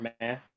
man